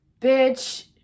Bitch